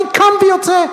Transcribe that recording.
אני קם ויוצא.